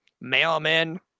Mailman